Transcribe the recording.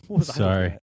Sorry